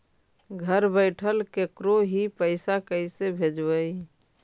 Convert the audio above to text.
घर बैठल केकरो ही पैसा कैसे भेजबइ?